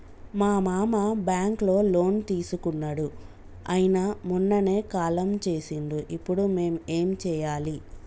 మా మామ బ్యాంక్ లో లోన్ తీసుకున్నడు అయిన మొన్ననే కాలం చేసిండు ఇప్పుడు మేం ఏం చేయాలి?